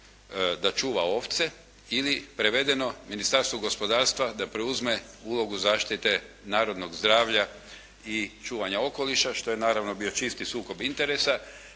da čuva ovce ili prevedeno Ministarstvu gospodarstva da preuzme ulogu zaštite narodnog zdravlja i čuvanja okoliša što je naravno bio čisti sukob interesa.